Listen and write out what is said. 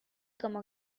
como